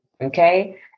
Okay